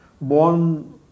born